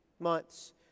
months